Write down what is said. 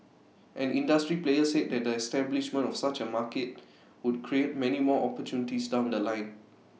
an industry player said that the establishment of such A market would create many more opportunities down The Line